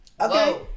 Okay